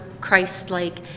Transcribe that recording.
Christ-like